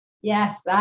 Yes